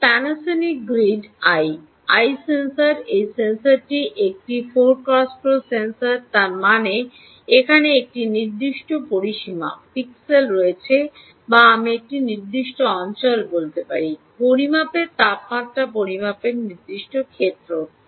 এটি Panasonic grid EYE EYE sensor এই সেন্সরটি একটি 8 × 8 সেন্সর তার মানে এখানে একটি নির্দিষ্ট পরিসীমা পিক্সেল রয়েছে বা আমি নির্দিষ্ট অঞ্চল বলতে পারি পরিমাপের তাপমাত্রা পরিমাপের নির্দিষ্ট ক্ষেত্র